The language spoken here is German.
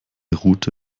route